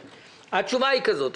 התשובה היא כזאת.